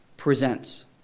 presents